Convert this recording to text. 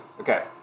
Okay